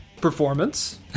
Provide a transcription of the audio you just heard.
performance